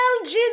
Jesus